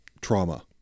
trauma